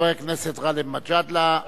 חבר הכנסת גאלב מג'אדלה,